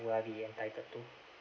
will I be entitled to